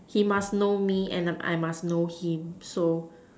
he must know me and err I must know him so